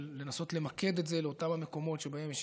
לנסות למקד את זה באותם המקומות שבהם יש